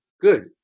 good